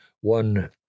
One